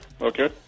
okay